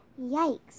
Yikes